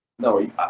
No